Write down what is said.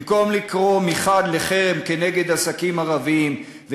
במקום לקרוא מחד גיסא לחרם כנגד עסקים ערביים,